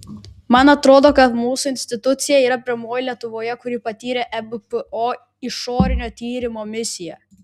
man atrodo kad mūsų institucija yra pirmoji lietuvoje kuri patyrė ebpo išorinio tyrimo misiją